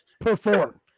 perform